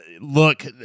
look